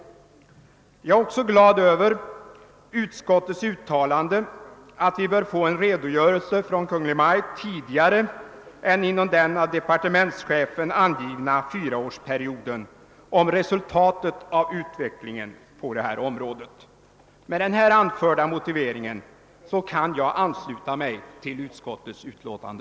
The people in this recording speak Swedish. Jag är också glad över utskottets uttalande att vi inom en kortare tidrymd än den av departementschefen angivna fyraårsperioden bör få en redogörelse från Kungl. Maj:t om utvecklingen på detta område. Med den anförda motiveringen kan jag ansluta mig till utskottets utlåtande.